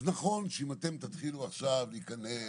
אז נכון שאם אתם תתחילו עכשיו להיכנס,